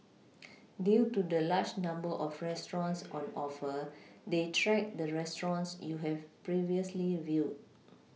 due to the large number of restaurants on offer they track the restaurants you have previously viewed